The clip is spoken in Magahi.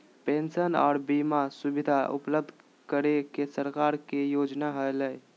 पेंशन आर बीमा सुविधा उपलब्ध करे के सरकार के योजना हलय